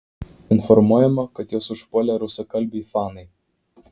informuojama kad juos užpuolė rusakalbiai fanai